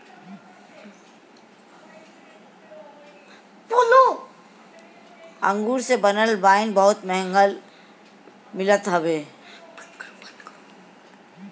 अंगूर से बनल वाइन बहुते महंग मिलत हवे